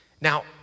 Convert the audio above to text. Now